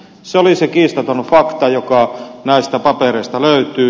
se oli se kiistaton fakta joka näistä papereista löytyy